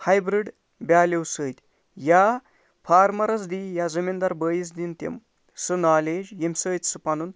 ہاے breed بیٛالیٛوٗ سۭتۍ یا فارمَرَس دِنۍ یا زٔمیٖندار بھٲیِس دِنۍ تِم سۄ نوالیج ییٚمہِ سۭتۍ سُہ پَنُن